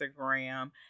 Instagram